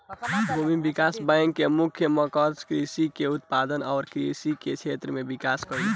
भूमि विकास बैंक के मुख्य मकसद कृषि के उत्पादन आ कृषि के क्षेत्र में विकास कइल ह